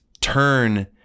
turn